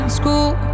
school